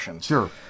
Sure